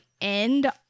end